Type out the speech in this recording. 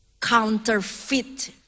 counterfeit